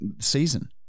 season